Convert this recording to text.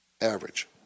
average